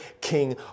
king